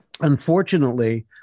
unfortunately